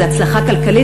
זו הצלחה כלכלית,